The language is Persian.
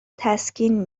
تسکین